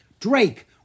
Drake